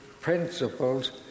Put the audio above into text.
principles